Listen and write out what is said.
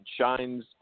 shines